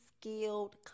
skilled